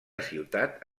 ciutat